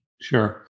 Sure